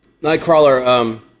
Nightcrawler